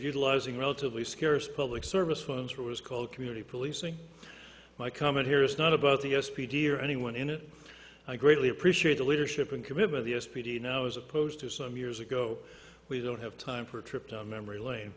utilizing relatively scarce public service funds or was called community policing my comment here is not about the s p d or anyone in it i greatly appreciate the leadership and commitment the s p d now as opposed to some years ago we don't have time for a trip down memory lane